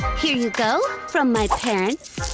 here you go, from my parents.